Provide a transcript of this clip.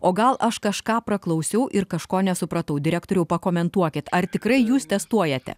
o gal aš kažką praklausiau ir kažko nesupratau direktoriau pakomentuokit ar tikrai jūs testuojate